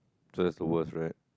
so that's the worst right